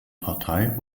partei